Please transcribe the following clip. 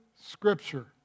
Scripture